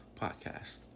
podcast